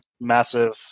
massive